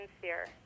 sincere